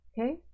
okay